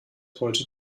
heute